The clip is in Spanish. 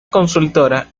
consultora